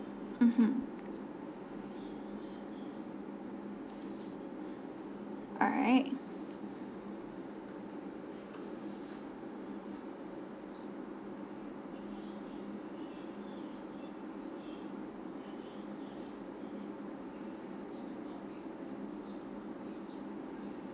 mmhmm alright